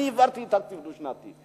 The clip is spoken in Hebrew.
בא ואומר: אני העברתי תקציב דו-שנתי.